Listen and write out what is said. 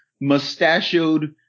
mustachioed